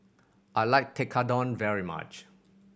I like Tekkadon very much